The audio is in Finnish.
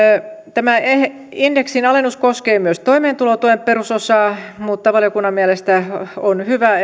tämä indeksin alennus koskee myös toimeentulotuen perusosaa valiokunnan mielestä on hyvä